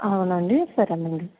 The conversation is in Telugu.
అవునండి సరేనండి